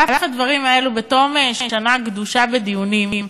על אף הדברים האלה, בתום שנה גדושה בדיונים,